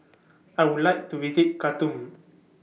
I Would like to visit Khartoum